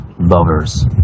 lovers